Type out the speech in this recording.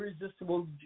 irresistible